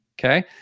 Okay